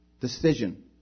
Decision